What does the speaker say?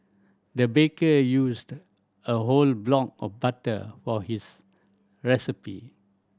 the baker used a whole block of butter for his recipe